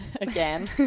Again